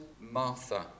Martha